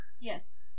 Yes